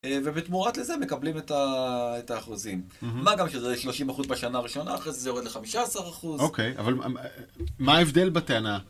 ובתמורת לזה מקבלים את האחוזים, מה גם שזה 30 אחוז בשנה הראשונה, אחרי זה זה הורד ל-15 אחוז. אוקיי, אבל מה ההבדל בטענה?